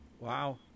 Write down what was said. Wow